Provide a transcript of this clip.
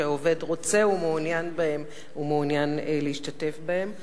שהעובד רוצה ומעוניין בהם ומעוניין להשתתף בהם.